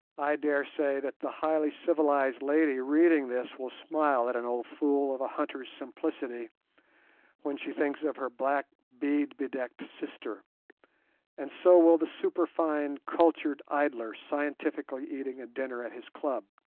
i dare say that the highly civilized lady reading this will smile at an old fool of a hunter's simplicity when she thinks of her black bead-bedecked sister and so will the superfine cultured idler scientifically eating a dinner at his club,